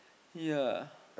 ya